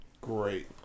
Great